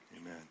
Amen